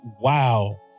Wow